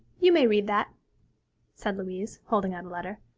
you may read that said louise, holding out a letter.